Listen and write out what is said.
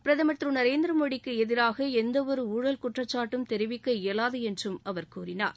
பிரதமர் திரு நரேந்திர மோடிக்கு எதிராக எந்தவொரு ஊழல் குற்றச்சாட்டும் தெரிவிக்க இயலாது என்றும் அவர் கூறினார்